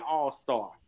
All-Star